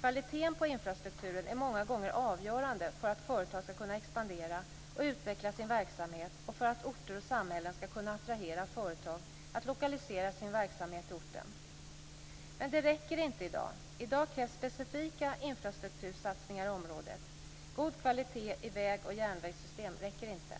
Kvaliteten på infrastrukturen är många gånger avgörande för att företag skall kunna expandera och utveckla sin verksamhet och för att orter och samhällen skall kunna attrahera företag att lokalisera sin verksamhet till orten. Men det räcker inte i dag. I dag krävs specifika infrastruktursatsningar i området. God kvalitet i vägoch järnvägssystem räcker inte.